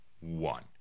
One